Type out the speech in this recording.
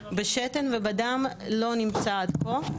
GHB בשתן ובדם לא נמצא עד כה,